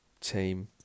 team